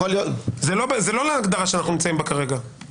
זה לא להגדרה שאנחנו נמצאים בה כרגע.